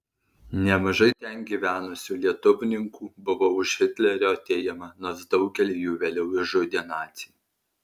nemažai ten gyvenusių lietuvninkų buvo už hitlerio atėjimą nors daugelį jų vėliau išžudė naciai